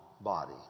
body